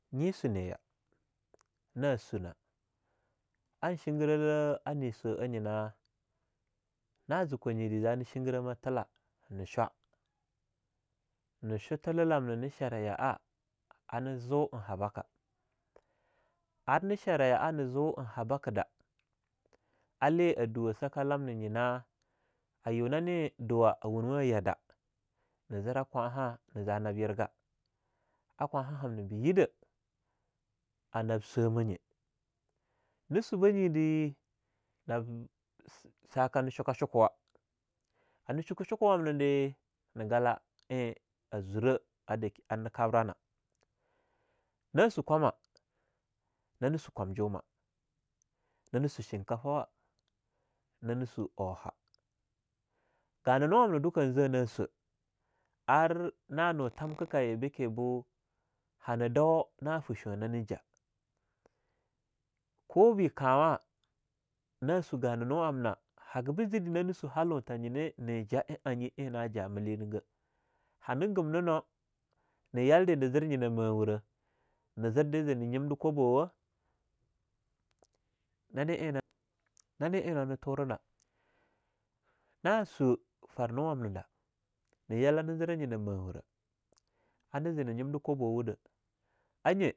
Nye suniya, nah sunah, an shigerahlah a ne swa'a nyinah, na zee kwanyida za na shigerahma tillah na shwa, ne shwa tillah lamna nah sharah ya'a anah zuu eing habaka, ar nah sharah ya'a na zuu eing habakah dah, a le a duwa sakah lamnah nyinah, ayu nah ne duwah a wunwah a yahdah na zirah kwahhaa nab yirgah, ar kwahhamnah bah yidah ar nab swahmah nye, na subah nye deh, nab s.. saka na chukah chukuwah anah chukah chukuwam nade na galah eing a zurah ar na kabbrah nah. Nah su kwamah nane su kwamjumah, nani su chinkafawa, nane su ooha. Gananu amna duka eing za'a na swa, ar na no thamka kaye, beke boo hana dawo nane fah shwa'a nani jah. Ko be kahwa na su ganahnu hagabe zide nani su hallo tha nyinah ne jah'a eing na jah nye mele nigah. Hana gumneno, ne yalde na zir nyinah mawurah, na zir de zirdeh zini nyimde kwabo wa, nane eing nani eing nah turenah, nah swa farnuwamna dah ne yala na zir nyinah mawurah ana ze na nyimde kobowudah a nye.